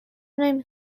نمی